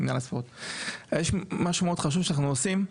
יש משהו מאוד חשוב שאנחנו עושים,